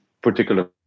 particular